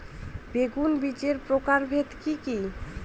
বেগুন বীজের প্রকারভেদ কি কী?